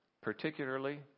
particularly